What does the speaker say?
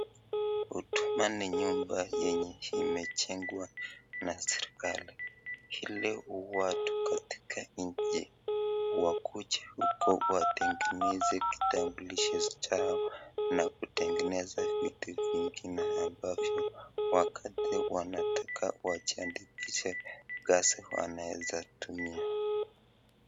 Huduma ni nyumba yenye imejengwa na serikali, ili watu katika nchi wakuje huku watengeneze kitambulisho zao, na kutengeneza vitu zingine ambavyo wakati wanataka wajiandikishe kazi wanaweza tumia.